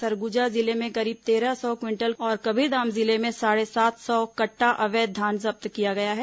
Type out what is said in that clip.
सरगुजा जिले में करीब तेरह सौ क्विंटल और कबीरधाम जिले में साढ़े सात सौ कट्टा अवैध धान जब्त किया गया है